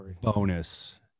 bonus